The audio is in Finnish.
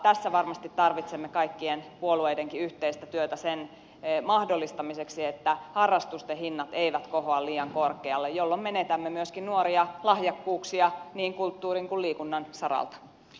tässä varmasti tarvitsemme kaikkien puolueidenkin yhteistä työtä sen mahdollistamiseksi että harrastusten hinnat eivät kohoa liian korkealle jolloin menetämme myöskin nuoria lahjakkuuksia niin kulttuurin kuin liikunnan saralta